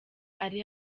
ari